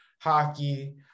hockey